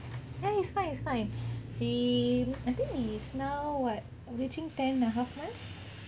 ya he is fine he is fine he I think he is now [what] reaching ten and a half months